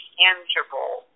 tangible